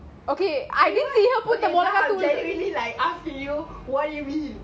okay I